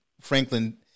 Franklin